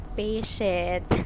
patient